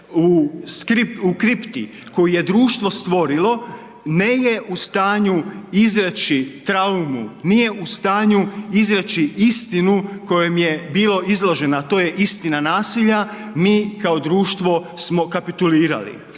u kripti koju je društvo stvorilo nije u stanju izreći traumu, nije u stanju izreći istinu kojoj je bila izložena, a to je istina nasilja mi kao društvo smo kapitulirali.